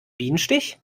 bienenstich